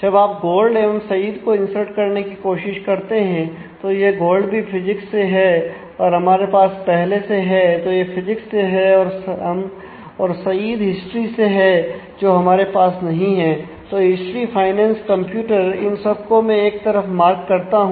जब आप गोल्ड करता हूं